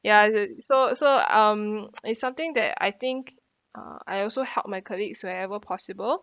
ya it's so so um it's something that I think uh I also help my colleagues wherever possible